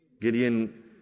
Gideon